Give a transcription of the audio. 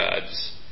gods